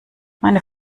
meine